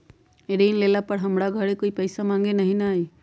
ऋण लेला पर हमरा घरे कोई पैसा मांगे नहीं न आई?